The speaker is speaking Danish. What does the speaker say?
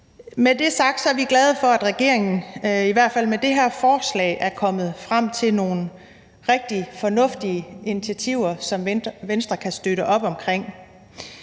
Med det sagt er vi glade for, at regeringen i hvert fald med det her forslag er kommet frem til nogle rigtig fornuftige initiativer, som Venstre kan støtte op om.